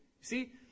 See